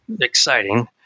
exciting